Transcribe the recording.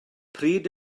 pryd